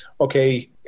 okay